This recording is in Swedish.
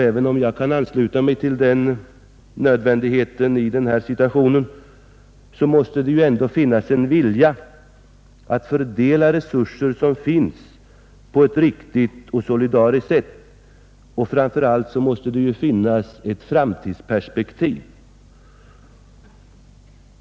Även om jag kan ansluta mig till det senare i denna situation måste det ju ändå finnas en vilja att fördela tillgängliga resurser på ett riktigt och solidariskt sätt, och framför allt måste det finnas ett framtidsperspektiv.